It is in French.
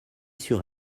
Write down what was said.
sur